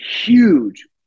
huge